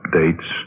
dates